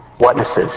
witnesses